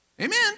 Amen